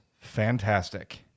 fantastic